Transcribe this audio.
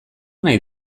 nahi